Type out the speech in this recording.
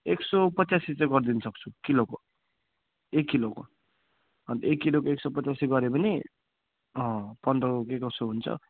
एक सौ पचासी चाहिँ गरिदिन सक्छु किलोको एक किलोको अन्त एक किलोको एक सौ पचासी गर्यो भने अँ पन्ध्रको के कसो हुन्छ